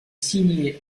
signée